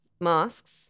masks